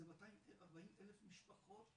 זה 240 אלף משפחות שמתמודדות,